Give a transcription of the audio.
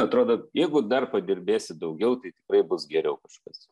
atrodo jeigu dar padirbėsiu daugiau tai tikrai bus geriau kažkas